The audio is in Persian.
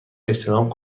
اجتناب